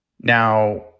Now